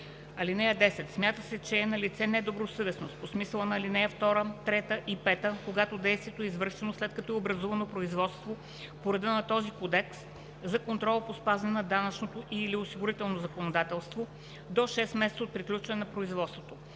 (10) Смята се, че е налице недобросъвестност по смисъла на ал. 2, 3 и 5, когато действието е извършено, след като е образувано производство по реда на този кодекс за контрол по спазване на данъчното и/или осигурителното законодателство до 6 месеца от приключване на производството.